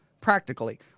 practically